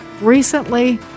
recently